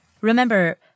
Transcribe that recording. Remember